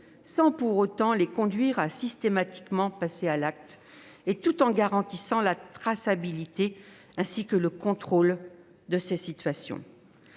sans pour autant les conduire à systématiquement passer à l'acte, tout en garantissant la traçabilité et le contrôle de ces situations.